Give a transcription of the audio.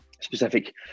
specific